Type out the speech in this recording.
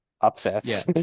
Upsets